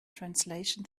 translation